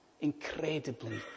Incredibly